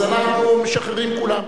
אז אמרנו: אנחנו משחררים כולם.